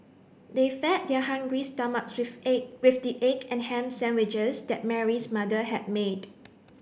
they fed their hungry stomachs with egg with the egg and ham sandwiches that Mary's mother had made